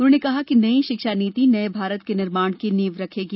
उन्होंने कहा कि नई शिक्षा नीति नये भारत के निर्माण की नींव रखेगी